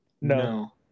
No